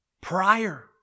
prior